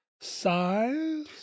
size